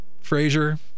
Frazier